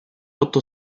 otto